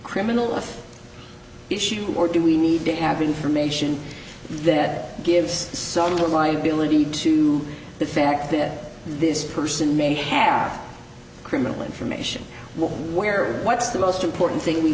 criminal issue or do we need to have information that gives some of the liability to the fact that this person may half criminal information where what's the most important thing we